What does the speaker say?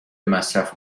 مصرف